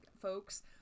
folks